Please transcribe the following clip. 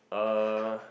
uh